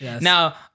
Now